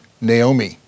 Naomi